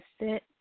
sit